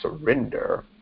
surrender